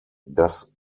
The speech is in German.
das